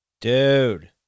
Dude